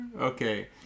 Okay